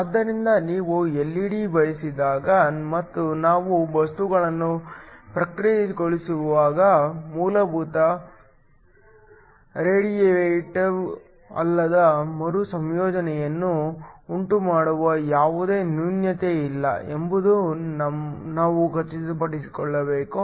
ಆದ್ದರಿಂದ ನೀವು ಎಲ್ಇಡಿ ಬಯಸಿದಾಗ ಮತ್ತು ನಾವು ವಸ್ತುಗಳನ್ನು ಪ್ರಕ್ರಿಯೆಗೊಳಿಸುವಾಗ ಮೂಲಭೂತವಾಗಿ ರೇಡಿಯೇಟಿವ್ ಅಲ್ಲದ ಮರುಸಂಯೋಜನೆಯನ್ನು ಉಂಟುಮಾಡುವ ಯಾವುದೇ ನ್ಯೂನತೆಯಿಲ್ಲ ಎಂಬುದನ್ನು ನಾವು ಖಚಿತಪಡಿಸಿಕೊಳ್ಳಬೇಕು